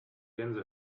gänse